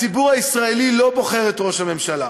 הציבור הישראלי לא בוחר את ראש הממשלה,